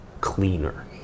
cleaner